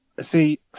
see